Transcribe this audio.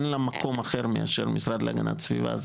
אין לה מקום אחר מאשר המשרד להגנת הסביבה.